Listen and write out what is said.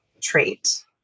trait